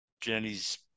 Jenny's